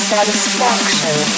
Satisfaction